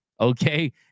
okay